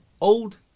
Old